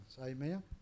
amen